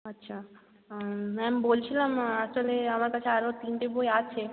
আচ্ছা ম্যাম বলছিলাম আসলে আমার কাছে আরও তিনটে বই আছে